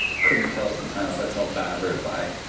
couldn't tell at the time if i felt bad or if i.